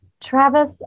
Travis